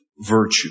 virtue